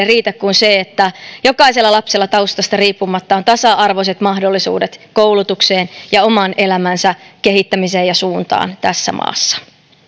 riitä kuin se että jokaisella lapsella taustasta riippumatta on tasa arvoiset mahdollisuudet koulutukseen ja oman elämänsä kehittämiseen ja suuntaan tässä maassa